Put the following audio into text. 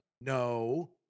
No